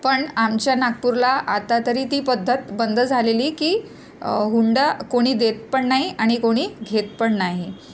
पण आमच्या नागपूरला आता तरी ती पद्धत बंद झालेली की हुंडा कोणी देत पण नाही आणि कोणी घेत पण नाही